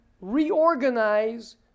reorganize